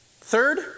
Third